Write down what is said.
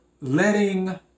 letting